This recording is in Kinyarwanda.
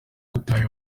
gutaha